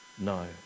No